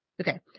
okay